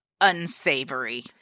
unsavory